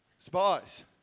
Spies